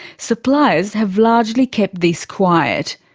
suppliers have largely kept this quiet.